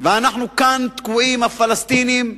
ואנחנו כאן תקועים, הפלסטינים והישראלים,